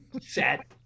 set